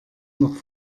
noch